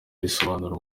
isobanura